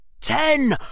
Ten